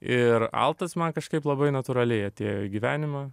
ir altas man kažkaip labai natūraliai atėjo į gyvenimą